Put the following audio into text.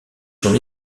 son